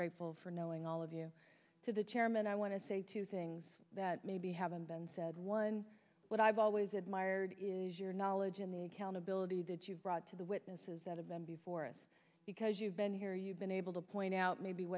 grateful for knowing all of you to the chairman i want to say two things that maybe haven't been said one but i've always admired your knowledge in the accountability that you've brought to the witnesses that have been before us because you've been here you've been able to point out maybe